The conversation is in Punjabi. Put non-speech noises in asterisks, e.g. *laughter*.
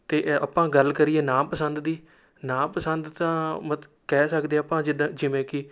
ਅਤੇ *unintelligible* ਆਪਾਂ ਗੱਲ ਕਰੀਏ ਨਾ ਪਸੰਦ ਦੀ ਨਾ ਪਸੰਦ ਤਾਂ ਮਤ ਕਹਿ ਸਕਦੇ ਹਾਂ ਆਪਾਂ ਜਿੱਦਾਂ ਜਿਵੇਂ ਕਿ